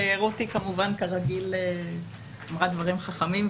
רותי כמובן כרגיל אמרה דברים חכמים,